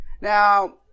Now